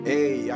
Hey